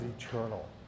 eternal